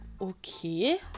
okay